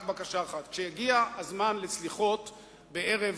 רק בקשה אחת: כשיגיע הזמן לסליחות בערב